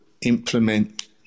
implement